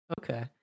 Okay